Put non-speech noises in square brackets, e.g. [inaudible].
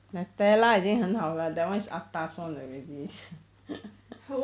nutella 已经很好了 that one is atas [one] already [laughs]